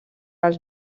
als